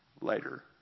later